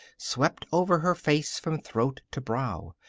swept over her face from throat to brow.